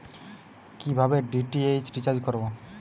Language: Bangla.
কিভাবে ডি.টি.এইচ রিচার্জ করব?